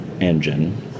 engine